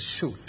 shoot